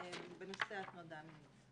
בנושאי הטרדה מינית.